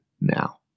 now